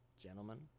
Gentlemen